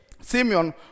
Simeon